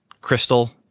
Crystal